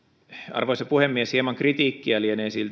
arvoisa puhemies hieman kritiikkiä lienee